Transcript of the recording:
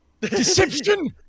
DECEPTION